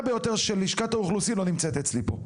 ביותר של לשכת האוכלוסין לא נמצאת אצלי פה.